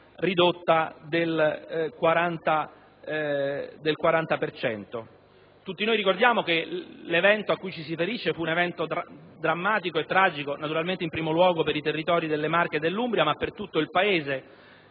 ridotta del 40 per cento. Tutti noi ricordiamo che l'evento cui ci si riferisce fu drammatico e tragico, naturalmente in primo luogo per i territori delle Marche e dell'Umbria, ma anche per l'intero Paese,